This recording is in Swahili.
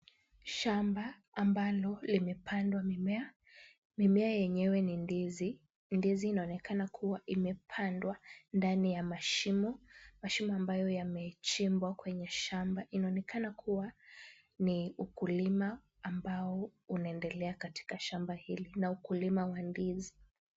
Shamba ambalo limepandwa mimea. Mimea yenyewe ni ndizi. Ndizi inaonekana kuwa imepandwa ndani ya mashimo, mashimo ambayo yamechimbwa kwenye shamba. Inaonekana kuwa ni ukulima ambao unaendelea katika shamba hili na ukulima wa ndizi.